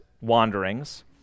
wanderings